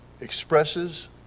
expresses